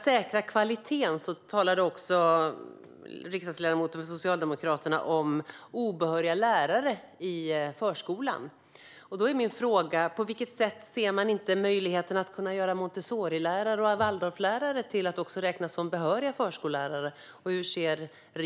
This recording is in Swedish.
Riksdagsledamoten från Socialdemokraterna talade också om att säkra kvaliteten och om obehöriga lärare i förskolan. Då är min fråga: Hur ser regeringen på möjligheten att låta Montessorilärare och Waldorflärare räknas som behöriga förskollärare?